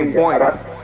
points